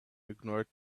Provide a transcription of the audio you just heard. ignored